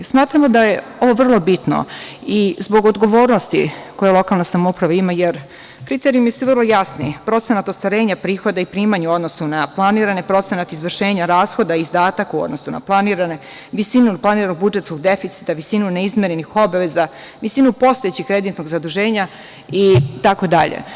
Smatramo da je ovo vrlo bitno i zbog odgovornosti koju lokalna samouprava ima jer kriterijumi su vrlo jasni, procenat ostvarenja prihoda i primanja u odnosu na planirani procenat izvršenja rashoda, izdatak u odnosu planirane, visina planiranog budžetskog deficita, visina neizmirenih obaveza, visina postojećeg kreditnog zaduženja itd.